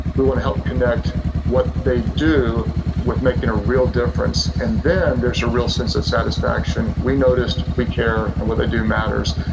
we want to help connect what they do with making a real difference. and then there's a real sense of satisfaction. we noticed, we care, and what they do matters.